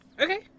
Okay